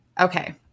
Okay